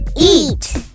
eat